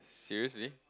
seriously